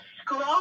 scroll